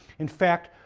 in fact,